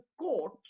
court